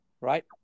right